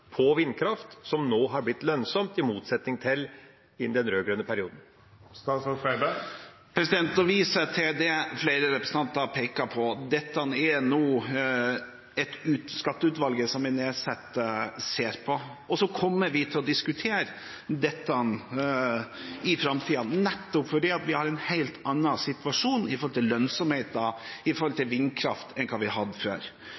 på vindkraft, som nå er blitt lønnsomt, i motsetning til i den rød-grønne perioden? Da viser jeg til det flere representanter har pekt på. Dette er noe Skatteutvalget ser på. Så kommer vi til å diskutere dette i framtiden, nettopp fordi vi har en helt annen situasjon når det gjelder lønnsomheten i vindkraft, enn vi hadde før. Når det gjelder at det skal komme fellesskapet til gode: Jeg var hjemme i